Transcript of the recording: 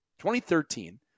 2013